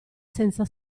senza